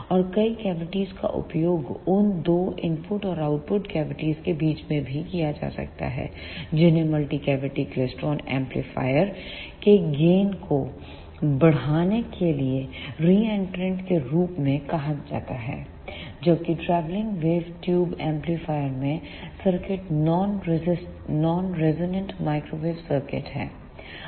और कई कैविटीज़ का उपयोग उन दो इनपुट और आउटपुट कैविटीज़ के बीच में भी किया जा सकता है जिन्हें मल्टी कैविटी क्लेस्ट्रॉन एम्पलीफायरों के गेन को बढ़ाने के लिए री एंट्रेंट के रूप में कहा जाता है जबकि ट्रैवलिंग वेव ट्यूब एम्पलीफायरोंमें सर्किट नॉन रेजोनेंट माइक्रोवेव सर्किटnon resonant microwave circuit है